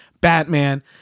Batman